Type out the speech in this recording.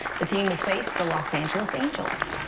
the team will face the los angeles angels.